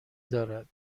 دارد